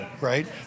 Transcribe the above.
right